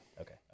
okay